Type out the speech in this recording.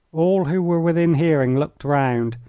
all who were within hearing looked round,